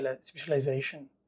specialization